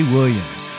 Williams